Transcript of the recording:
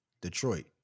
Detroit